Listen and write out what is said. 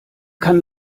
kann